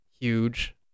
huge